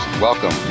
welcome